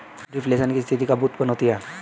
Reflation की स्थिति कब उत्पन्न होती है?